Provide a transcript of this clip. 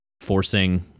forcing